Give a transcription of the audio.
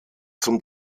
zum